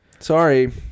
Sorry